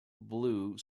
blue